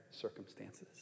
circumstances